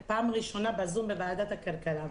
זו פעם ראשונה בזום בוועדת הכלכלה.